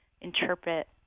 interpret